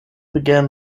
began